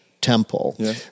temple